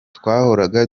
twahoraga